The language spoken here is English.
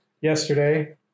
yesterday